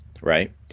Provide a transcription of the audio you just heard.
right